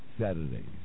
Saturdays